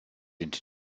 into